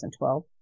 2012